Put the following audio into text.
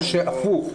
או להיפך,